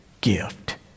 gift